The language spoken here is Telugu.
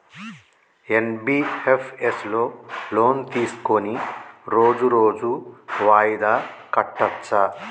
ఎన్.బి.ఎఫ్.ఎస్ లో లోన్ తీస్కొని రోజు రోజు వాయిదా కట్టచ్ఛా?